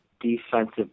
defensive